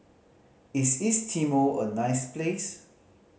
is East Timor a nice place